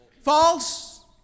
False